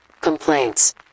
complaints